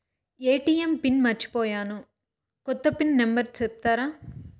ATM pin మర్చిపోయాను పోయాను, కొత్త పిన్ నెంబర్ సెప్తారా?